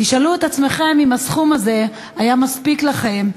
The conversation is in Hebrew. תשאלו את עצמכם אם הסכום הזה היה מספיק לכם למזון,